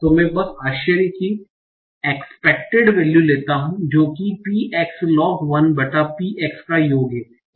तो मैं बस आश्चर्य की एक्सपेक्टेड वैल्यू लेता हूं जो कि p x log 1 P x का योग है